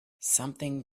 something